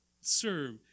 serve